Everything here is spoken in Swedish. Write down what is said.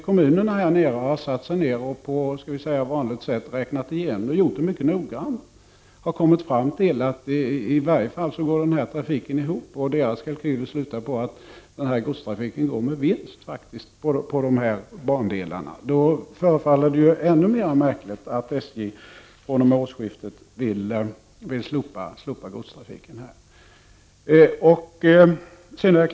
Kommunerna har mycket noggrant räknat igenom detta och kommit fram till att denna trafik går ihop. Deras kalkyler slutar på att godstrafiken på denna bandel faktiskt går med vinst. Mot den bakgrunden förefaller det ännu mera märkligt att SJ vid årsskiftet vill slopa godstrafiken inom detta område.